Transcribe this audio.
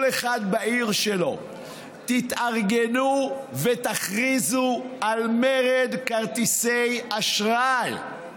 כל אחד בעיר שלו: תתארגנו ותכריזו על מרד כרטיסי אשראי.